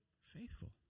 Faithful